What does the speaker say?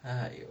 !aiyo!